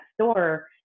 store